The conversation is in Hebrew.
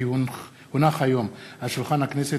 כי הונחו היום על שולחן הכנסת,